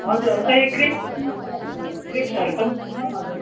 हजुर ए ग्रेप्स पनि छ हजुर ग्रेप्सहरू पनि छ हजुर